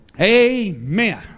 Amen